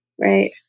Right